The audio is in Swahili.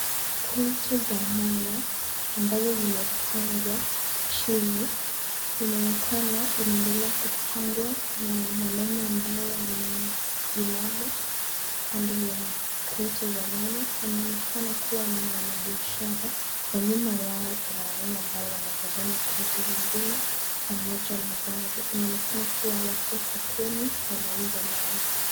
Kreti za nyanya ambazo zimepangwa chini. Inaonekana inaendelea kupangwa na mwanaume ambaye ameinama kando ya kreti za nyanya. Anaonekana kuwa ni mwanabiashara na nyuma yao kuna wanaume ambao wanatazama kreti zingine pamoja na gari. Inaonekana kuwa wako sokoni wanauza nyanya.